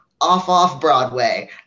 off-off-Broadway